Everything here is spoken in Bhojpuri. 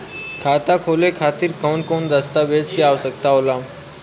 खाता खोले खातिर कौन कौन दस्तावेज के आवश्यक होला?